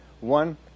One